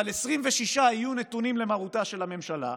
אבל 26 יהיו נתונים למרותה של הממשלה,